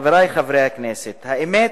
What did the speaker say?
חברי חברי הכנסת, האמת,